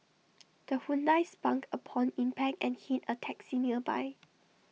the Hyundai spunk upon impact and hit A taxi nearby